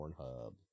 Pornhub